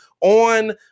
on